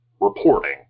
reporting